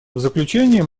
заключение